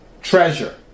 Treasure